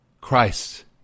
Christ